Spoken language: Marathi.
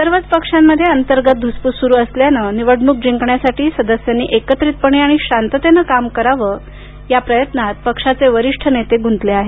सर्वच पक्षांमध्ये अंतर्गत धुसफूस सुरू असल्यानं निवडणूक जिंकण्यासाठी सदस्यांना एकत्रितपणे आणि शांततेनं काम करावं या प्रयत्नात पक्षाचे वरिष्ठ नेते गुंतले आहेत